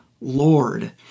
Lord